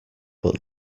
but